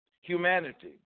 humanity